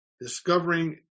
Discovering